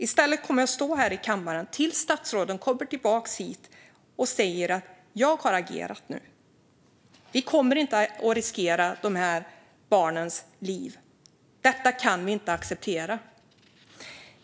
I stället kommer jag att stå här i kammaren tills statsrådet kommer tillbaka hit och säger: Jag har agerat nu. Vi kommer inte att riskera dessa barns liv. Detta kan vi inte acceptera.